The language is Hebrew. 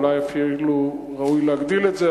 ואולי אפילו ראוי להגדיל את האחוז הזה,